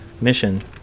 mission